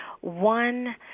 one